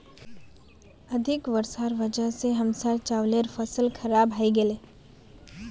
अधिक वर्षार वजह स हमसार चावलेर फसल खराब हइ गेले